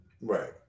Right